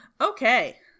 Okay